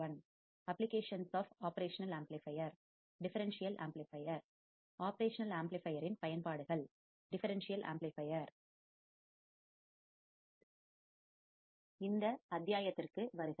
operational amplifier இன் பயன்பாடுகள் differential amplifier இந்த அத்தியாயத்திற்கு வருக